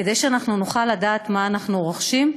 כדי שאנחנו נוכל לדעת מה אנחנו רוכשים,